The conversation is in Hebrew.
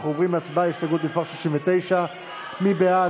אנחנו עוברים להצבעה על הסתייגות מס' 69. מי בעד?